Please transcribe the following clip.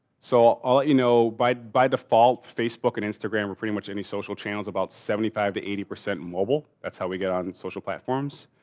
so ah you know, by by default facebook and instagram or pretty much any social channels about seventy five to eighty percent mobile. that's how we get on social platforms.